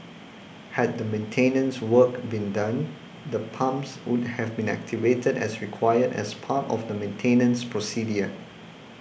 had the maintenance work been done the pumps would have been activated as required as part of the maintenance procedure